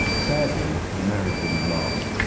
sadly, the marriage wouldn't last.